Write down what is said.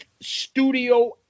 Studio